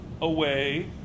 away